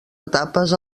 etapes